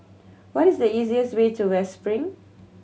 what is the easiest way to West Spring